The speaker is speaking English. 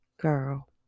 girl